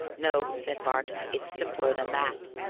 no, said bart, it's simpler than that.